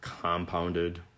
compounded